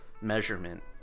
measurement